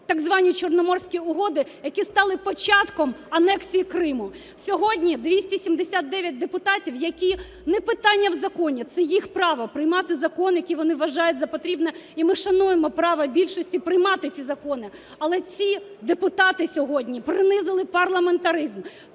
так звані Чорноморські угоди, як і стали початком анексії Криму. Сьогодні 279 депутатів, які, не питання в законі, це їх право приймати закон, який вони вважають за потрібне, і ми шануємо право більшості приймати ці закони. Але ці депутати сьогодні принизили парламентаризм,